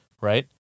right